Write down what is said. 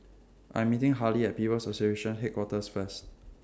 I'm meeting Harlie At People's Association Headquarters First